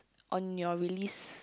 on your release